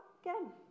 again